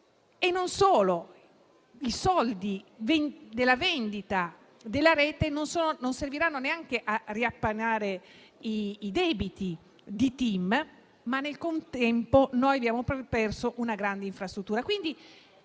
Inoltre, i soldi della vendita della rete non serviranno neanche a ripianare i debiti di TIM, e nel contempo abbiamo perso una grande infrastruttura.